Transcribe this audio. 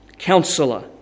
Counselor